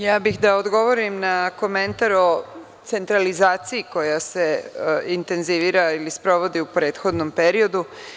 Ja bih da odgovorim na komentar o centralizaciji koja se intenzivira ili sprovodi u prethodnom periodu.